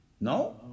No